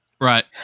Right